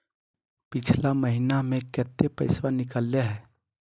पिछला महिना मे कते पैसबा निकले हैं?